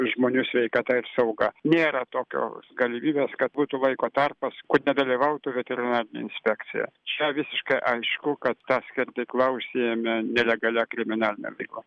žmonių sveikata ir sauga nėra tokios galimybės kad būtų laiko tarpas kur nedalyvautų veterinarinė inspekcija čia visiškai aišku kad ta skerdykla užsiėmė nelegalia kriminaline veikla